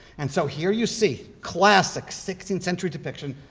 and so here you see classic sixteenth century depiction.